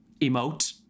emote